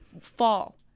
Fall